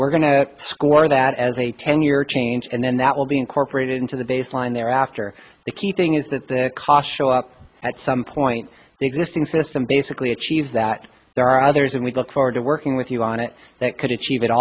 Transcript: we're going to score that as a ten year change and then that will be incorporated into the baseline thereafter the key thing is that the costs show up at some point the existing system basically achieves that there are others and we look forward to working with you on it that could achieve it